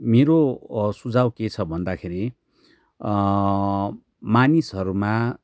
मेरो सुझाव के छ भन्दाखेरि मानिसहरूमा